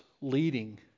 leading